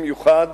במיוחד